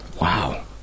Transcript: Wow